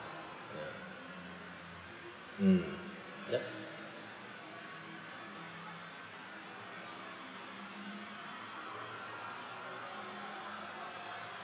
ya mm that